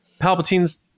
Palpatine's